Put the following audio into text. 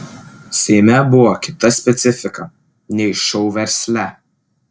seime buvo kita specifika nei šou versle